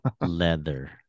leather